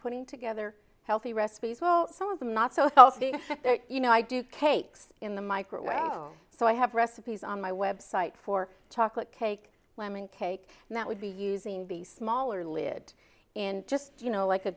putting together healthy recipes well some of them not so i thought you know i do cakes in the microwave so i have recipes on my website for chocolate cake lemon cake and that would be using the smaller lid and just you know like a